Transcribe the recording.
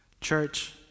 Church